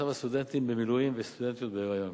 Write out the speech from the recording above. הסטודנטים במילואים וסטודנטיות בהיריון.